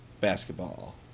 basketball